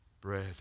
bread